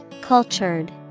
Cultured